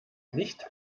nicht